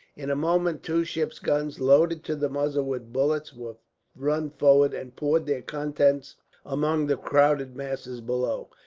in a moment two ship's guns, loaded to the muzzle with bullets, were run forward, and poured their contents among the crowded masses below.